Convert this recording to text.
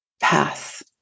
path